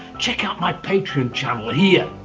check out my patreon channel here.